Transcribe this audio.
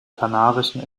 kanarischen